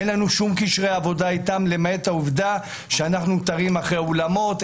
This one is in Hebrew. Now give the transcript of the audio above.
אין לנו שום קשרי עבודה איתם למעט העובדה שאנחנו תרים אחרי אולמות,